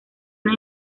una